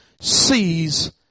sees